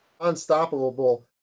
unstoppable